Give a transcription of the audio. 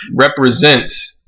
represents